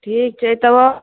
ठीक छै तब